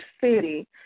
city